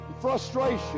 frustration